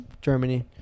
Germany